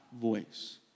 voice